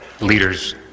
leaders